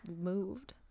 moved